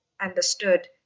understood